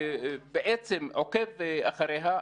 ובעצם עוקב אחריה.